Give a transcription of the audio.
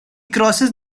crosses